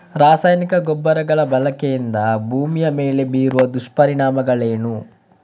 ರಾಸಾಯನಿಕ ಗೊಬ್ಬರಗಳ ಬಳಕೆಯಿಂದಾಗಿ ಭೂಮಿಯ ಮೇಲೆ ಬೀರುವ ದುಷ್ಪರಿಣಾಮಗಳೇನು?